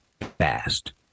fast